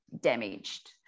damaged